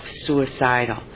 suicidal